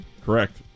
Correct